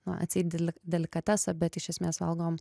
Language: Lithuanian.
na atseit dile delikatesą bet iš esmės valgom